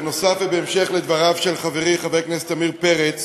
בנוסף ובהמשך דבריו של חברי חבר הכנסת עמיר פרץ